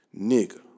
Nigga